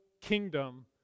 kingdom